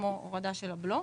כמו הורדה של הבלו,